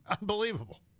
Unbelievable